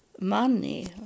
money